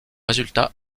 résultats